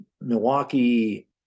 Milwaukee